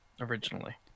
originally